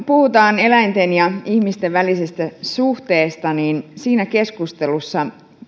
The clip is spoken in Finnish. kun puhutaan eläinten ja ihmisten välisestä suhteesta niin siinä keskustelussa